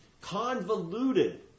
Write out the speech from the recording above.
convoluted